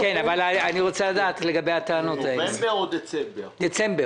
נובמבר או דצמבר?